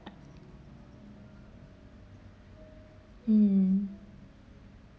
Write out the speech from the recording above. mm